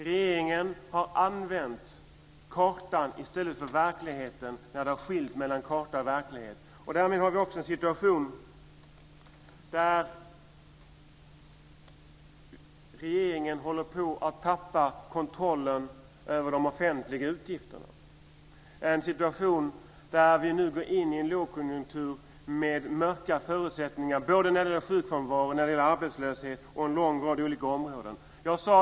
Regeringen har använt kartan i stället för verkligheten när det har skilt mellan karta och verklighet. Därmed har vi också en situation där regeringen håller på att tappa kontrollen över de offentliga utgifterna - en situation där vi nu går in i en lågkonjunktur med mörka förutsättningar både när det gäller sjukfrånvaro och när det gäller arbetslöshet - dessutom gäller det en lång rad olika områden.